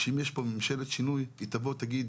שאם יש פה ממשלת שינוי, היא תבוא תגיד